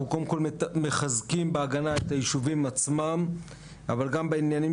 אנחנו קודם כל מחזקים בהגנה את היישובים עצמם אבל גם בעניינים